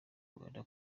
rwanda